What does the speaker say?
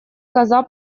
коза